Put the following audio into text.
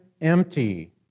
empty